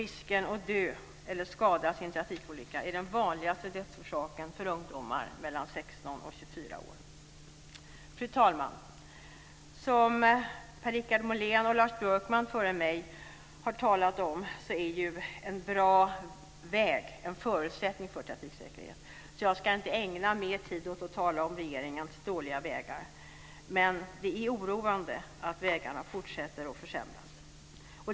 Risken att dö eller skadas i en trafikolycka är den vanligaste dödsoch olycksorsaken för ungdomar mellan 16 och 24 år. Fru talman! Som Per-Richard Molén och Lars Björkman tidigare har talat om är en bra väg en förutsättning för trafiksäkerhet. Jag ska inte ägna mer tid åt att tala om regeringens dåliga vägar, men det är oroande att vägarna fortsätter att försämras.